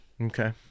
Okay